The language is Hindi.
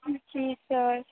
जी सर